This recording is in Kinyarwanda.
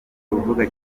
uvuga